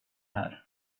här